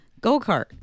go-kart